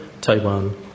Taiwan